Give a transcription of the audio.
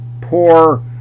poor